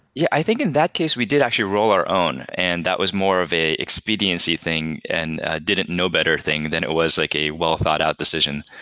yeah. i think in that case we did actually roll our own and that was more of a expediency thing and didn't know better thing than it was like a well-thought out decision.